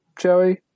joey